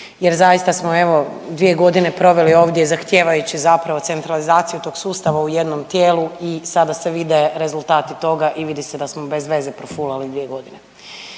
jer zaista smo evo dvije godine proveli ovdje zahtijevajući zapravo centralizaciju tog sustava u jednom tijelu i sada se vide rezultati toga i vidi se da smo bezveze profulali dvije godine.